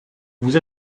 vous